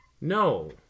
No